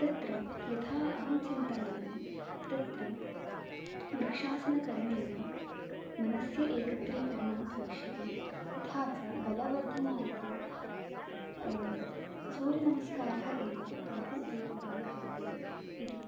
तत्र यथा अहं चिन्तयामि तत्र वृक्षासनकरणेन मनस्य एकत्रीकरणं भविष्यति तथा च बलवर्धनाय तु सूर्यनमस्कारः एव बहु उपयोगाय भवति इति